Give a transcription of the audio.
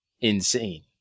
insane